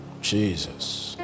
Jesus